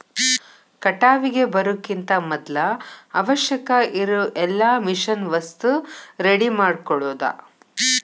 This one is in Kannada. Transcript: ಕಟಾವಿಗೆ ಬರುಕಿಂತ ಮದ್ಲ ಅವಶ್ಯಕ ಇರು ಎಲ್ಲಾ ಮಿಷನ್ ವಸ್ತು ರೆಡಿ ಮಾಡ್ಕೊಳುದ